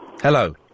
Hello